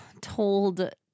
told